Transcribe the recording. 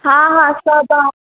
हा हा अचो तव्हां